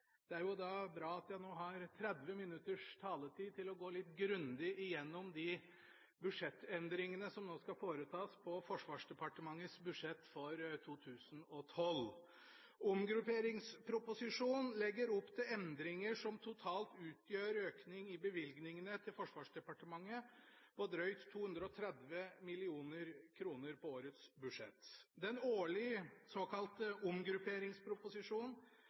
er det jo bra at jeg har 30 minutters taletid til å gå litt grundig igjennom de budsjettendringene som nå skal foretas på Forsvarsdepartementets budsjett for 2012. Omgrupperingsproposisjonen legger opp til endringer som totalt utgjør en økning i bevilgningene til Forsvarsdepartementet på drøyt 230 mill. kr i årets budsjett. Den årlige såkalte omgrupperingsproposisjonen